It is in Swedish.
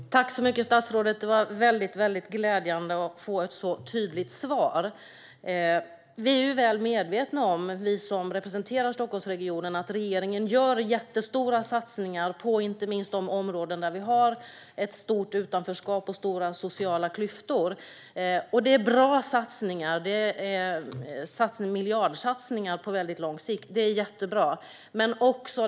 Herr talman! Jag tackar statsrådet. Det var glädjande att få ett så tydligt svar. Vi som representerar Stockholmsregionen är väl medvetna om att regeringen gör stora satsningar, inte minst på de områden där vi har ett stort utanförskap och stora sociala klyftor. Det är långsiktiga miljardsatsningar, vilket är jättebra.